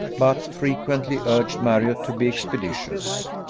but frequently urged marriott to be expeditious.